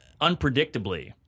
unpredictably